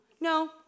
No